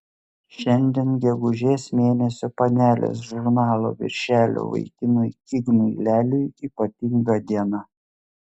šiandien gegužės mėnesio panelės žurnalo viršelio vaikinui ignui leliui ypatinga diena